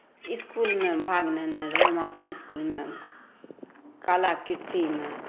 इसकुलमे भाग लेने रहुॅं हम अपन इसकुलमे कलाकृतिमे